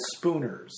Spooners